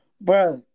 bro